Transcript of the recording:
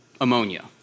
ammonia